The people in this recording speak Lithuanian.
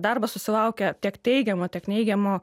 darbas susilaukė tiek teigiamo tiek neigiamo